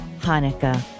hanukkah